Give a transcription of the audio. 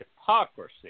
hypocrisy